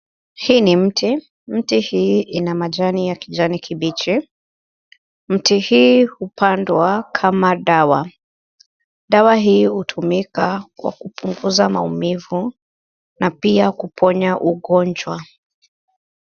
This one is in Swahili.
Hii ni mti, mti hii ina majani ya kijani kibichi, mti hii hupandwa kama dawa. Dawa hii hutumika kwa kupunguza maumivu na pia kuponya ugonjwa.